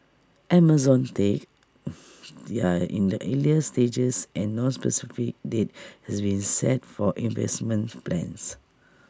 Amazon's talks are in the earlier stages and no specific date has been set for investment plans